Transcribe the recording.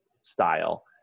style